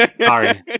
Sorry